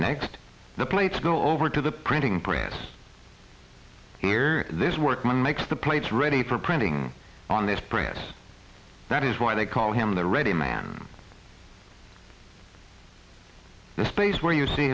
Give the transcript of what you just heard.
next the plates go over to the printing press here this workman makes the plates ready for printing on this prints that is why they call him the ready man the space where you see